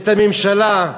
את הממשלה.